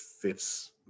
fits